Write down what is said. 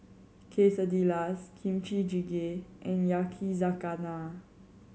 Quesadillas Kimchi Jjigae and Yakizakana